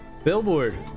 billboard